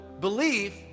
belief